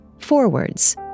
forwards